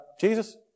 Jesus